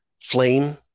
Flame